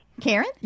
Karen